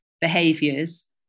behaviors